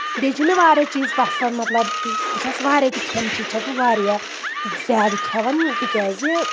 بیٚیہِ چھِ مےٚ واریاہ چیٖز پسنٛد مطلب بہٕ چھَس واریاہ تہِ کھؠن چیٖز چھَس بہٕ واریاہ زیادٕ کھؠوان تِکیازِ